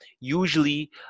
Usually